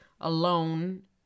Alone